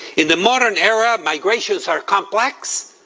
in the modern era, migrations are complex,